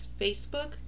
Facebook